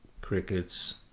Crickets